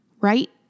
right